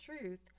truth